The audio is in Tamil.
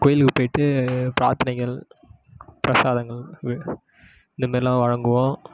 கோயிலுக்கு போய்விட்டு பிராத்தனைகள் பிரசாதங்கள் இந்த மாரிலாம் வழங்குவோம்